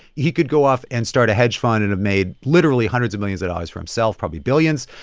he could go off and start a hedge fund and have made literally hundreds of millions of dollars for himself, probably billions.